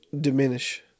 diminish